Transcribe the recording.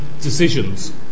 decisions